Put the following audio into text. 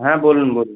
হ্যাঁ বলুন বলুন